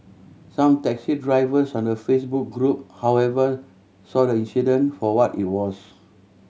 some taxi drivers on the Facebook group however saw the accident for what it was